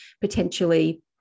potentially